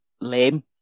lame